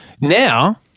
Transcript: now-